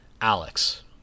Alex